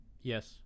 Yes